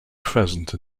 present